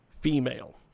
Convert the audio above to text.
female